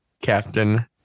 captain